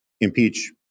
impeach